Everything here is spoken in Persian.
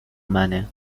منه